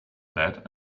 that